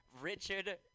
Richard